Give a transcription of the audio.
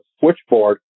switchboard